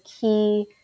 key